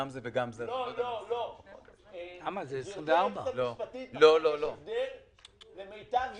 גם למנוע בלבול במערכת החשבונאית וגם למנוע סבל מהאזרחים.